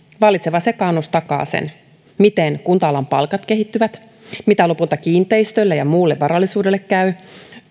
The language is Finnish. vallitseva sekaannus takaa sen miten kunta alan palkat kehittyvät mitä lopulta kiinteistöille ja muulle varallisuudelle käy